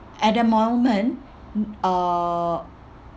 at the moment uh